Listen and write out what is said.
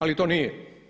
Ali to nije.